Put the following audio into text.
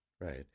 Right